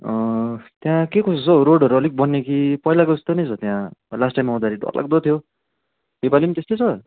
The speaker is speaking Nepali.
त्यहाँ के कसो छ हो रोडहरू अलिक बनियो कि पहिलाको जस्तो नै छ त्यहाँ लास्ट टाइम आउँदैखेरि डर लाग्दो थियो यसपालि नि त्यस्तै छ